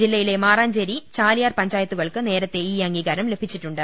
ജില്ലയിലെ മാറാഞ്ചേരി ചാലിയാർ പഞ്ചായത്തുകൾക്ക് നേരത്തെ ഈ അംഗീകാരം ലഭി ച്ചിട്ടുണ്ട്